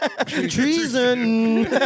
Treason